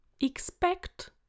expect